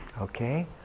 okay